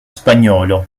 spagnolo